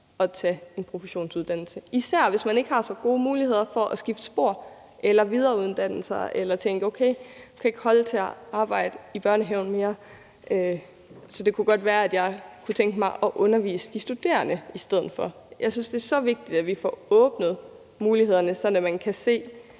tør tage en professionsuddannelse – især hvis man ikke har så gode muligheder for at skifte spor eller videreuddanne sig eller tænke: Jeg kan ikke holde til at arbejde i en børnehave mere, så det kunne godt være, at jeg kunne tænke mig at undervise de studerende i stedet for. Jeg synes, det er så vigtigt, at vi får åbnet mulighederne, sådan at man kan se,